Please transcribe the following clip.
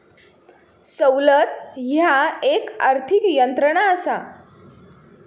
सवलत ह्या एक आर्थिक यंत्रणा असा